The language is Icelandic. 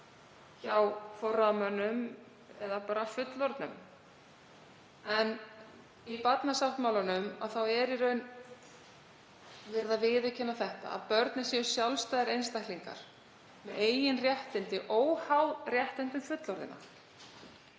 hjá forráðamönnum eða bara fullorðnum. En í barnasáttmálanum er í raun verið að viðurkenna að börnin séu sjálfstæðir einstaklingar með eigin réttindi, óháð réttindum fullorðinna.